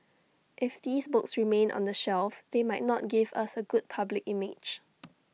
if these books remain on the shelf they might not give us A good public image